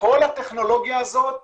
כל הטכנולוגיה הזאת